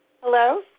Hello